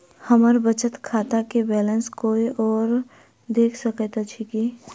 हम्मर बचत खाता केँ बैलेंस कोय आओर देख सकैत अछि की